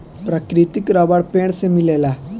प्राकृतिक रबर पेड़ से मिलेला